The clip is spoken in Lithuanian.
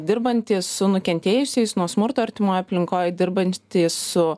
dirbantys su nukentėjusiais nuo smurto artimoj aplinkoj dirbantys su